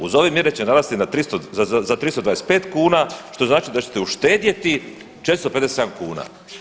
Uz ove mjere će narasti za 325 kuna što znači da ćete uštedjeti 457 kuna.